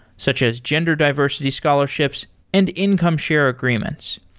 such as gender diversity scholarships and income share agreements.